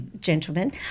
gentlemen